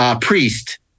priest